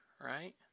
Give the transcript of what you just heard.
right